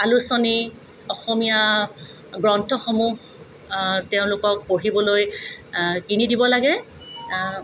আলোচনী অসমীয়া গ্ৰন্থসমূহ তেওঁলোকক পঢ়িবলৈ কিনি দিব লাগে